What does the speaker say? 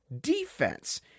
defense